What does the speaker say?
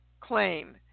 claim